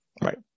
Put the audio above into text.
Right